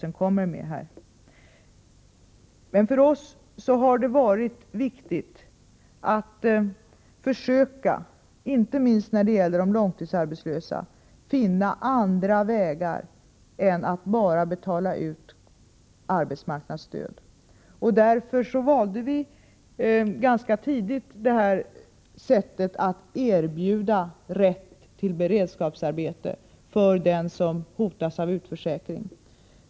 För oss i regeringen har det emellertid varit viktigt att försöka — inte minst när det gäller de långtidsarbetslösa — finna andra vägar än att bara betala ut arbetsmarknadsstöd. Därför valde vi ganska tidigt detta sätt att erbjuda rätt till beredskapsarbete för den som hotas av utförsäkring.